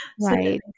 Right